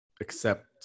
accept